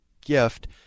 gift